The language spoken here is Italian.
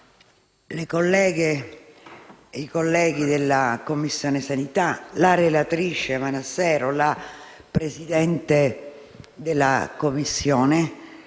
i colleghi della Commissione sanità, la relatrice Manassero, la Presidente della Commissione